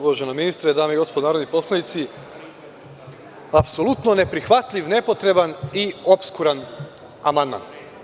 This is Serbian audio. Uvažena ministre, dame i gospodo narodni poslanici, apsolutno neprihvatljiv, nepotreban i opskuran amandman.